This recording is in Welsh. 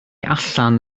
allan